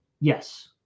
Yes